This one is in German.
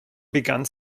begann